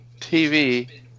TV